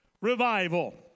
revival